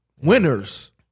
Winners